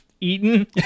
eaten